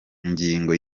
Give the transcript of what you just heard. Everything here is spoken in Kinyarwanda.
ingingo